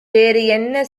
என்ன